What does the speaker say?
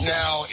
now